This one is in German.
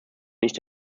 nicht